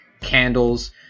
candles